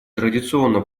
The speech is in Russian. традиционно